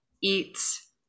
eats